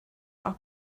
are